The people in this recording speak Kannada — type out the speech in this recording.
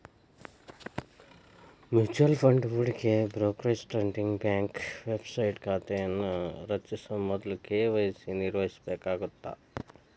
ಮ್ಯೂಚುಯಲ್ ಫಂಡ್ ಹೂಡಿಕೆ ಬ್ರೋಕರೇಜ್ ಟ್ರೇಡಿಂಗ್ ಬ್ಯಾಂಕ್ ವೆಬ್ಸೈಟ್ ಖಾತೆಯನ್ನ ರಚಿಸ ಮೊದ್ಲ ಕೆ.ವಾಯ್.ಸಿ ನಿರ್ವಹಿಸಬೇಕಾಗತ್ತ